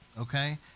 okay